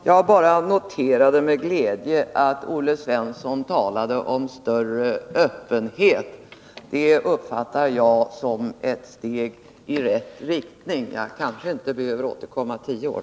Herr talman! Jag noterade med glädje att Olle Svensson talade om större öppenhet. Det uppfattar jag som ett steg i rätt riktning. Jag kanske inte behöver återkomma i tio år.